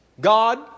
God